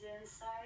inside